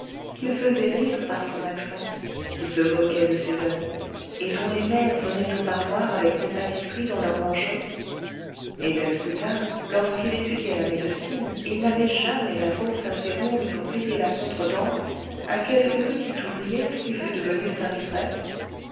qu'il faisait rire par son accent qui se moquaient de ses habits et dont les mères venaient au parloir avec des pâtisseries dans leur manchon était-ce plus tard lorsqu'il étudiait la médecine et n'avait jamais la bourse assez ronde pour payer la contredanse à quelque petite ouvrière qui fût devenue sa maîtresse